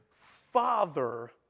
Father